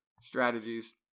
strategies